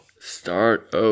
Start